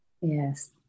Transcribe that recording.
Yes